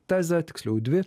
tezę tiksliau dvi